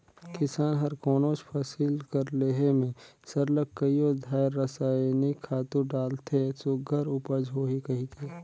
किसान हर कोनोच फसिल कर लेहे में सरलग कइयो धाएर रसइनिक खातू डालथे सुग्घर उपज होही कहिके